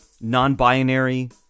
non-binary